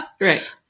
Right